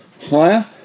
higher